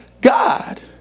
God